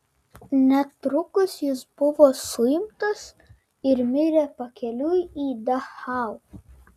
netrukus jis buvo suimtas ir mirė pakeliui į dachau